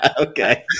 Okay